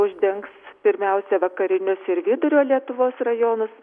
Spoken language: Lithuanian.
uždengs pirmiausia vakarinius ir vidurio lietuvos rajonus